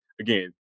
Again